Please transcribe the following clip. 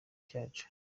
cyacu